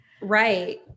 right